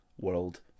world